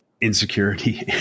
insecurity